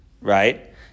right